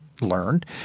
learned